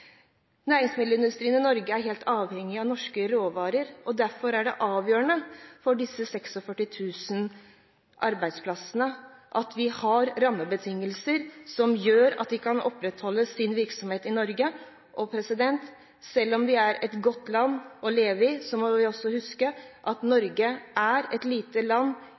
Næringsmiddelindustrien i Norge er helt avhengig av norske råvarer, derfor er det avgjørende for disse 46 000 arbeidsplassene at vi har rammebetingelser som gjør at virksomheten kan opprettholdes i Norge. Selv om vi er et godt land å leve i, må vi huske at Norge er et lite land